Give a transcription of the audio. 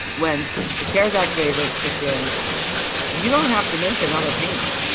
when the cares act waivers kicked in you don't have to make another payment,